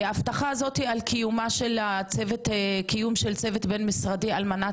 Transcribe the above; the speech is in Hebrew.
ההבטחה הזאת על קיום של צוות בין משרדי על מנת